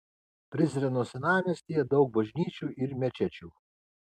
prizreno senamiestyje daug bažnyčių ir mečečių